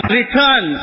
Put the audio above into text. return